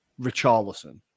Richarlison